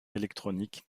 électroniques